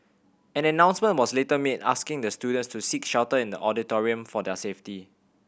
an announcement was later was made asking the students to seek shelter in the auditorium for their safety